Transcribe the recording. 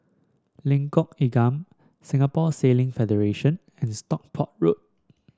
Lengkok Enam Singapore Sailing Federation and Stockport Road